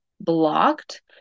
blocked